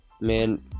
man